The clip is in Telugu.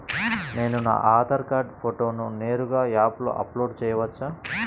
నేను నా ఆధార్ కార్డ్ ఫోటోను నేరుగా యాప్లో అప్లోడ్ చేయవచ్చా?